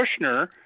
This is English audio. Kushner